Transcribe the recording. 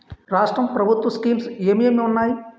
రాష్ట్రం ప్రభుత్వ స్కీమ్స్ ఎం ఎం ఉన్నాయి?